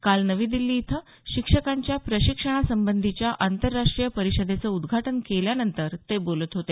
काल नवी दिल्ली इथं शिक्षकांच्या प्रशिक्षणा संबंधीच्या आंतरराष्ट्रीय परिषदेचं उद्घाटन केल्यानंतर ते बोलत होते